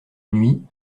nuit